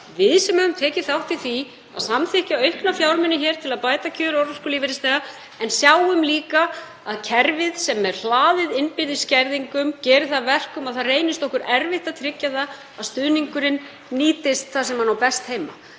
Við sem höfum tekið þátt í því að samþykkja aukna fjármuni til að bæta kjör örorkulífeyrisþega sjáum líka að kerfið er hlaðið innbyrðis skerðingum sem gerir það að verkum að okkur reynist erfitt að tryggja að stuðningurinn nýtist þar sem hann á best heima.